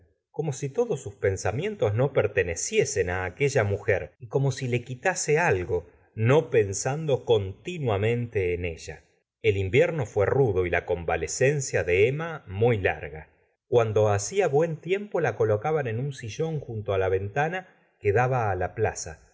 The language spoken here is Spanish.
como si todos sus pensamientos no perteneciesen á aquella mujer y como si le quitase algo no pensando continuamente en ella el invierno fué rudo y la convalencia de emma muy larg l cuando hacía buen tiempo la colocaban en un sillón junto á la ventana que daba á la plaza